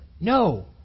No